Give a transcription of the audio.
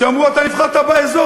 שאמרו: אתה נבחרת באזור,